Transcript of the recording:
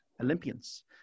Olympians